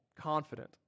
confident